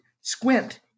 squint